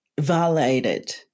violated